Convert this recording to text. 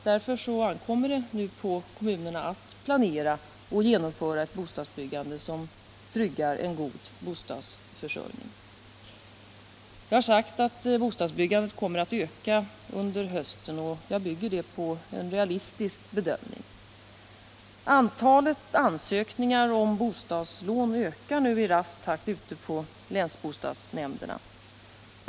Därför ankommer det nu på kommunerna att planera och genomföra ett bostadsbyggande som tryggar en god bostadsförsörjning. Jag har sagt att bostadsbyggandet kommer att öka under hösten, och jag bygger det på en realistisk bedömning. Antalet ansökningar om bostadslån ökar nu i rask rakt ute på länsbostadsnämnderna.